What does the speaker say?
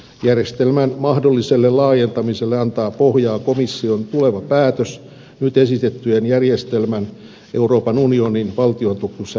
järjestelmän mahdolliselle laajentamiselle antaa pohjaa komission tuleva päätös nyt esitetyn järjestelmän euroopan unionin valtiontukisääntelyn mukaisuudesta